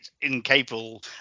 incapable